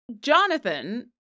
Jonathan